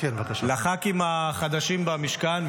לח"כים החדשים במשכן,